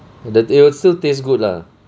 that it'll still taste good lah